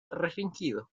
restringido